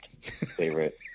favorite